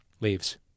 leaves